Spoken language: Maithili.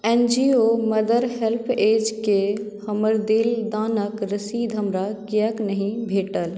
एन जी ओ मदर हेल्पऐजकेँ हमर देल दानक रसीद हमरा किएक नहि भेटल